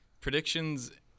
predictions